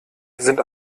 sind